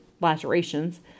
lacerations